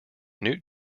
newt